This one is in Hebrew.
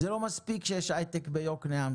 זה לא מספיק שיש הייטק ביוקנעם.